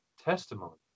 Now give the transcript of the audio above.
testimony